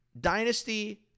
Dynasty